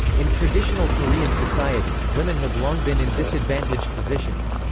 in traditional korean society, women have long been in disadvantaged positions.